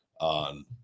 on